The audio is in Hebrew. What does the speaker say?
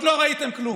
עוד לא ראיתם כלום.